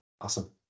awesome